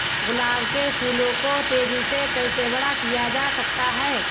गुलाब के फूलों को तेजी से कैसे बड़ा किया जा सकता है?